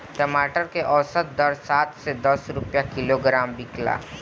टमाटर के औसत दर सात से दस रुपया किलोग्राम बिकला?